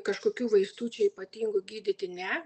kažkokių vaistų čia ypatingų gydyti ne